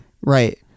Right